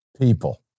people